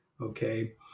Okay